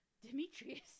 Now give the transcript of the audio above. Demetrius